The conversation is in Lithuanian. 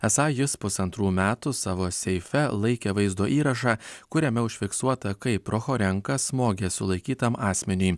esą jis pusantrų metų savo seife laikė vaizdo įrašą kuriame užfiksuota kaip prochorenka smogė sulaikytam asmeniui